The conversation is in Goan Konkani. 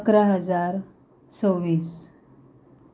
इकरा हजार सव्वीस